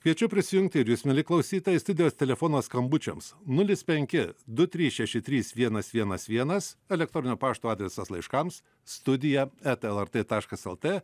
kviečiu prisijungti ir jus mieli klausytojai studijos telefonas skambučiams nulis penki du trys šeši trys vienas vienas vienas elektroninio pašto adresas laiškams studija eta lrt taškas lt